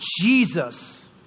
Jesus